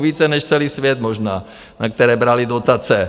Více než celý svět možná, na které brali dotace.